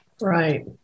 Right